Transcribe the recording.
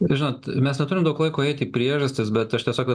žinot mes neturim daug laiko eiti į priežastis bet aš tiesiog